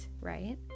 right